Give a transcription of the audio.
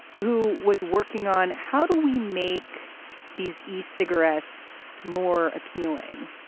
who was working on how do we make these these e-cigarettes more appealing?